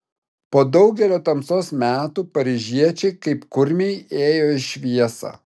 po daugelio tamsos metų paryžiečiai kaip kurmiai ėjo į šviesą